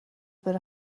بره